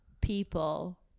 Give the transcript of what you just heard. people